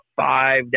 five